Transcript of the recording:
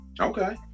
Okay